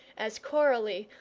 as coralie,